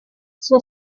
son